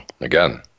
Again